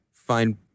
find